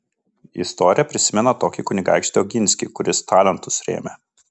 istorija prisimena tokį kunigaikštį oginskį kuris talentus rėmė